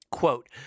Quote